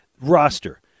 roster